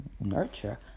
nurture